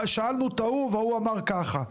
שאלנו את ההוא וההוא אמר ככה.